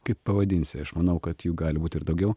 kaip pavadinsi aš manau kad jų gali būt ir daugiau